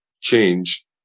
Change